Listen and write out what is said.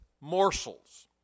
morsels